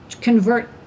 convert